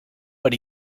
but